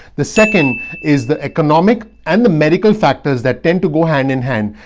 the second is the economic and the medical factors that tend to go hand in hand.